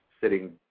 sitting